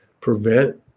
prevent